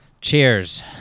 cheers